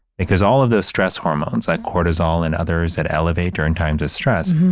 because all of those stress hormones like cortisol and others that elevate during times of stress,